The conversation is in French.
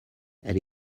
elle